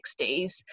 60s